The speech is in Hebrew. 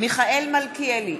מיכאל מלכיאלי,